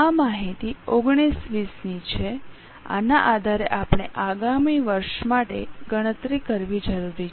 આ માહિતી 19 20 ની છે આના આધારે આપણે આગામી વર્ષ 2019 2020 માટે ગણતરી કરવી જરૂરી છે